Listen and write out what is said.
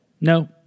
No